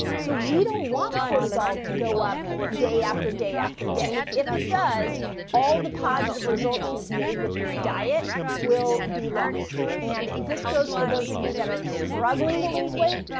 so we don't want cortisol to go up day after day after day. if it does all the positive results you've made with your diet will be lost. and this goes for those of you that are struggling to lose weight,